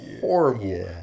horrible